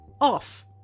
off